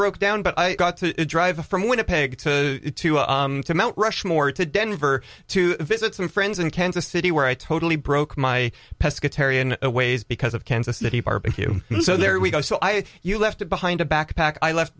broke down but i got to drive from winnipeg to to mt rushmore to denver to visit some friends in kansas city where i totally broke my pesky tarion ways because of kansas city barbecue so there we go so i you left behind a backpack i left